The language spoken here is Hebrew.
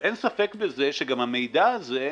אין ספק בזה שגם המידע הזה,